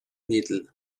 middle